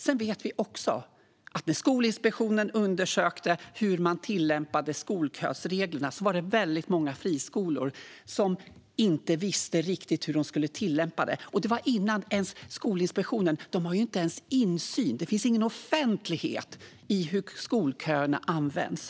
Vi vet också att när Skolinspektionen undersökte hur man tillämpade reglerna för skolkön visade det sig att det var väldigt många friskolor som inte riktigt visste hur de skulle tillämpa reglerna. Och Skolinspektionen har inte ens insyn; det finns ingen offentlighet i hur skolköerna används.